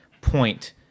point